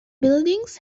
buildings